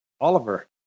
Oliver